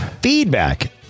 feedback